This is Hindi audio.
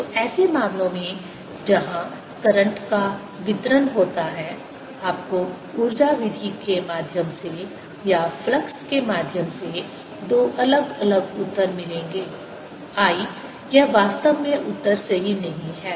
तो ऐसे मामलों में जहां करंट का वितरण होता है आपको ऊर्जा विधि के माध्यम से या फ्लक्स के माध्यम से दो अलग अलग उत्तर मिलेंगे I यह वास्तव में उत्तर सही नहीं है